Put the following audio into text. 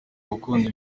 gukunda